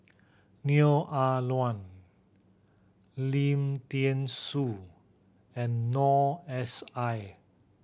Neo Ah Luan Lim Thean Soo and Noor S I